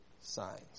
signs